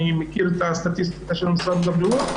אני מכיר את הסטטיסטיקה של משרד הבריאות,